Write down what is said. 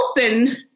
open